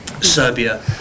Serbia